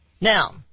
Now